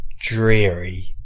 dreary